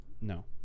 No